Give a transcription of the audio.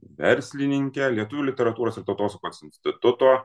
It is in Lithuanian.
verslininkę lietuvių literatūros ir tautosakos instituto